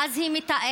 ואז היא מתארת: